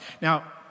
Now